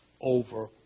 over